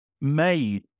made